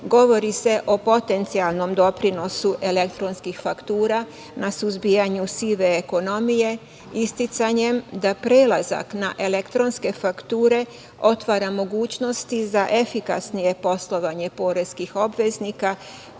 govori se o potencijalnom doprinosu elektronskih faktura, na suzbijanju sive ekonomije, isticanjem da prelazak na elektronske fakture otvara mogućnosti za efikasnije poslovanje poreskih obveznika,